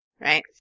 right